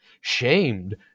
shamed